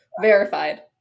verified